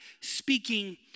speaking